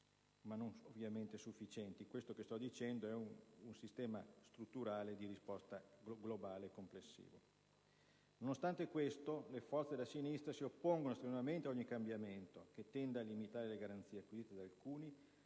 ma ovviamente non sufficienti. Quello di cui sto parlando è un sistema strutturale di risposta globale e complessiva. Nonostante questo, le forze della sinistra si oppongono strenuamente a ogni cambiamento che tenda a limitare le garanzie acquisite da alcuni